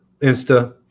Insta